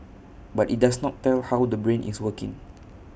but IT does not tell how the brain is working